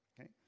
okay